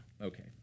Okay